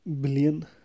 billion